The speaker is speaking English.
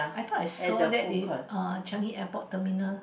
I thought I saw that in uh Changi Airport terminal